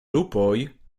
lupoj